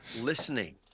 listening